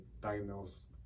diagnose